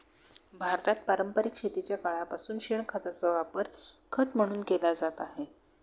भारतात पारंपरिक शेतीच्या काळापासून शेणखताचा वापर खत म्हणून केला जात आहे